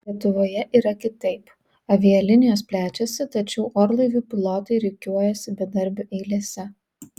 lietuvoje yra kitaip avialinijos plečiasi tačiau orlaivių pilotai rikiuojasi bedarbių eilėse